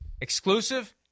exclusive